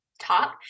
top